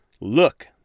Look